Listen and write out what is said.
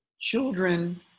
children